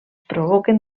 provoquen